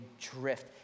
drift